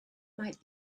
might